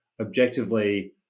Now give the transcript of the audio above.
objectively